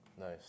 Nice